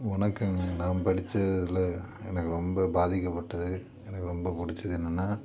வணக்கங்க நான் படிச்சதில எனக்கு ரொம்ப பாதிக்கப்பட்டது எனக்கு ரொம்ப பிடிச்சது என்னன்னா